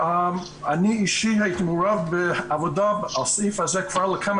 אני אישית הייתי מעורב בעבודה על הסעיף הזה כבר כמה